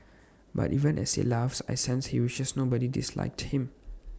but even as he laughs I sense he wishes nobody disliked him